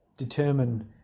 determine